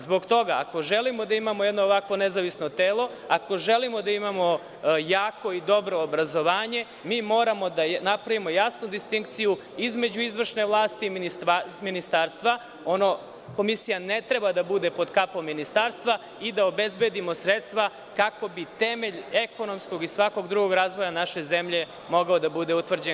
Zbog toga, ako želimo da imamo jedno ovako nezavisno telo, ako želimo da imamo jako i dobro obrazovanje, moramo da napravimo jasnu distinkciju između izvršne vlasti i ministarstva, Komisija ne treba da bude pod kapom ministarstva, i da obezbedimo sredstva kako bi temelj ekonomskog i svakog drugog razvoja naše zemlje mogao da bude utvrđen.